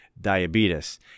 diabetes